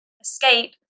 escape